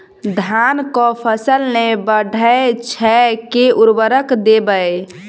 धान कऽ फसल नै बढ़य छै केँ उर्वरक देबै?